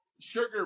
sugar